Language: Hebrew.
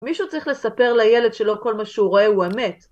מישהו צריך לספר לילד שלא כל מה שהוא רואה הוא אמת